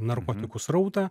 narkotikų srautą